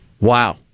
Wow